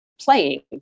playing